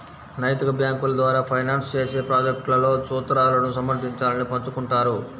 నైతిక బ్యేంకుల ద్వారా ఫైనాన్స్ చేసే ప్రాజెక్ట్లలో సూత్రాలను సమర్థించాలను పంచుకుంటారు